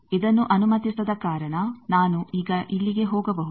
ಇದನ್ನು ಅನುಮತಿಸದ ಕಾರಣ ನಾನು ಈಗ ಇಲ್ಲಿಗೆ ಹೋಗಬಹುದು